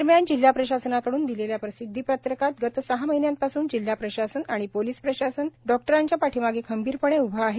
दरम्यान जिल्हा प्रशासनाकडून दिलेल्या प्रसिद्धी पंत्रकात गत सहा महिन्यांपासून जिल्हाप्रशासन आणि पोलीस प्रशासन डॉक्टरांच्या पाठीमागे खंबीरपणे उभे आहे